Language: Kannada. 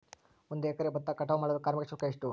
ಒಂದು ಎಕರೆ ಭತ್ತ ಕಟಾವ್ ಮಾಡಲು ಕಾರ್ಮಿಕ ಶುಲ್ಕ ಎಷ್ಟು?